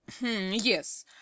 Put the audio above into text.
yes